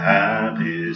happy